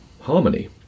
harmony